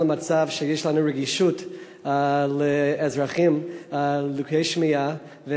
למצב שיש לנו רגישות לאזרחים לקויי שמיעה,